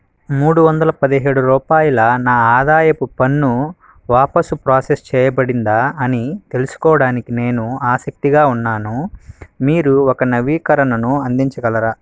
మూడు వందల పదిహేడు రూపాయల నా ఆదాయపు పన్ను వాపసు ప్రాసెస్ చేయబడిందా అని తెలుసుకోవడానికి నేను ఆసక్తిగా ఉన్నాను మీరు ఒక నవీకరణను అందించగలరా